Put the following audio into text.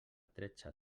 tretze